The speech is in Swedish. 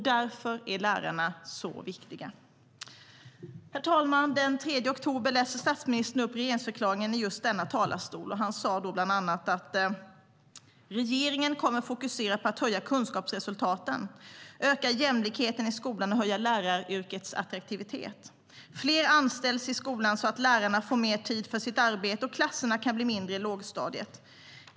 Därför är lärarna så viktiga."Regeringen kommer . att fokusera på att höja kunskapsresultaten, öka jämlikheten i skolan och höja läraryrkets attraktivitet. Fler anställs i skolan så att lärarna får mer tid för sitt arbete och klasserna kan bli mindre i lågstadiet.